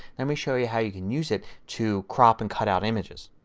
let me show you how you can use it to crop and cut out images.